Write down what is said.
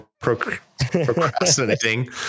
procrastinating